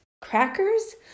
crackers